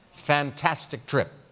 fantastic trip.